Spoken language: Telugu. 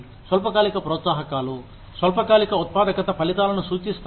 స్వల్పకాలిక ప్రోత్సాహకాలు స్వల్పకాలిక ఉత్పాదకత ఫలితాలను సూచిస్తాయి